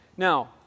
Now